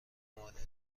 مادری